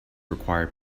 require